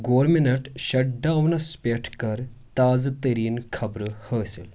government shutdowns پٮ۪ٹھ کر تازٕ تٔریٖن خبرٕ حٲصل